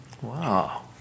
Wow